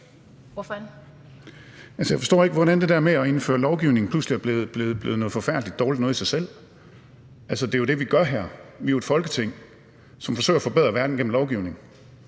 (ALT): Jeg forstår ikke, hvordan det der med at indføre lovgivning pludselig er blevet noget forfærdelig dårligt noget i sig selv. Altså, det er jo det, vi gør her. Vi er jo et Folketing, som forsøger at forbedre verden igennem lovgivning.